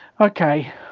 okay